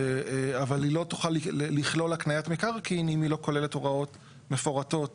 אבל היא לא תוכל לכלול הקניית מקרקעין אם היא לא כוללת הוראות מפורטות